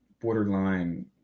borderline